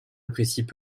apprécient